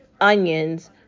onions